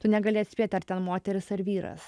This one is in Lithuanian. tu negali atspėt ar ten moteris ar vyras